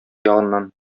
ягыннан